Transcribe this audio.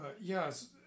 Yes